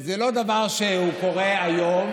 זה לא דבר שקורה היום.